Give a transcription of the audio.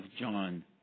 John